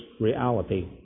reality